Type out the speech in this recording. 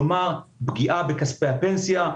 כלומר, פגיעה בכספי הפנסיה,